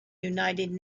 united